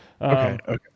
okay